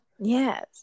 Yes